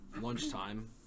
Lunchtime